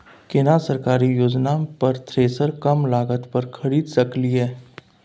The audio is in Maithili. केना सरकारी योजना पर थ्रेसर कम लागत पर खरीद सकलिए?